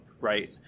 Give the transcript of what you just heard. right